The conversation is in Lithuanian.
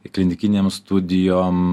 į klinikinėm studijom